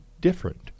different